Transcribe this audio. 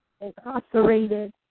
incarcerated